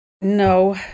No